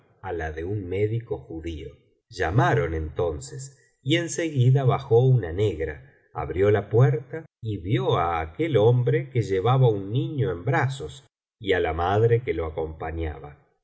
á la de un médico judío llamaron entonces y en seguida bajó una negra abrió la puerta y vio á aquel hombre que llevaba un niño en brazos y á la madre que lo acompañaba y